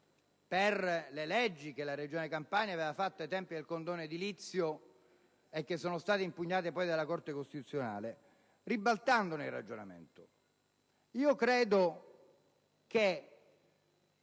per le leggi che la Regione aveva varato ai tempi del condono edilizio e che poi sono state impugnate dalla Corte costituzionale, ribaltandone il ragionamento. Credo che